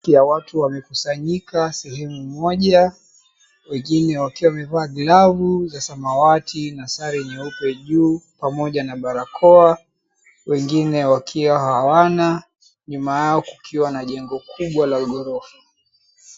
Halaiki ya watu wamekusanyika sehemu moja. Wengine wakiwa wamevaa glavu za samawati na sare nyeupe juu pamoja na barakoa, wengine wakiwa hawana. Nyuma yao kukiwa na jengo kubwa la ghorofa.